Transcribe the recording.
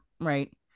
right